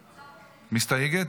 מסתייגת?